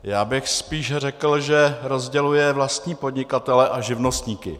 Já bych spíše řekl, že rozděluje vlastní podnikatele a živnostníky.